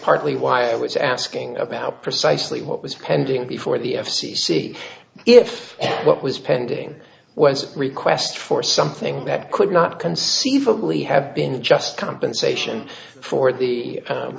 partly why i was asking about precisely what was pending before the f c c if what was pending was request for something that could not conceivably have been just compensation for the